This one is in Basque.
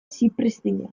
zipriztinak